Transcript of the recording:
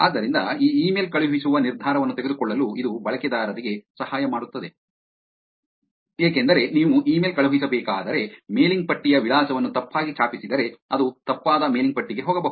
ಆದ್ದರಿಂದ ಈ ಇಮೇಲ್ ಕಳುಹಿಸುವ ನಿರ್ಧಾರವನ್ನು ತೆಗೆದುಕೊಳ್ಳಲು ಇದು ಬಳಕೆದಾರರಿಗೆ ಸಹಾಯ ಮಾಡುತ್ತದೆ ಏಕೆಂದರೆ ನೀವು ಇಮೇಲ್ ಕಳುಹಿಸಬೇಕಾದರೆ ಮೇಲಿಂಗ್ ಪಟ್ಟಿಯ ವಿಳಾಸವನ್ನು ತಪ್ಪಾಗಿ ಛಾಪಿಸಿದರೆ ಅದು ತಪ್ಪಾದ ಮೇಲಿಂಗ್ ಪಟ್ಟಿಗೆ ಹೋಗಬಹುದು